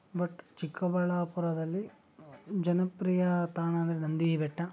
but ಚಿಕ್ಕಬಳ್ಳಾಪುರದಲ್ಲಿ ಜನಪ್ರಿಯ ತಾಣ ಅಂದರೆ ನಂದಿ ಬೆಟ್ಟ